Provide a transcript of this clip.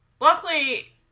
Luckily